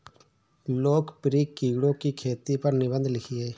लोकप्रिय कीड़ों की खेती पर निबंध लिखिए